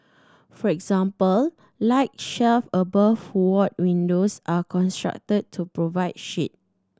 for example light shelves above ward windows are constructed to provide shade